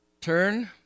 turn